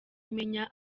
imenya